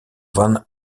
van